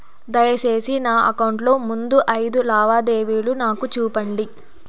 దయసేసి నా అకౌంట్ లో ముందు అయిదు లావాదేవీలు నాకు చూపండి